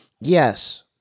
Yes